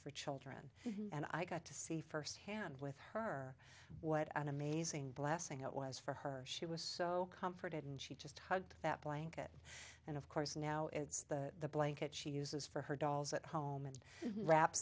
for children and i got to see firsthand with her what an amazing blessing it was for her she was so comforted and she just hugged that blanket and of course now it's the blanket she uses for her dolls at home and wrap